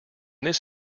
this